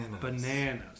Bananas